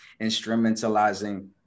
instrumentalizing